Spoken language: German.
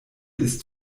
ist